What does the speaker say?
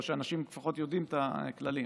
או שאנשים לפחות יודעים את הכללים.